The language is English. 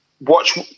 watch